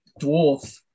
dwarf